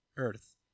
Earth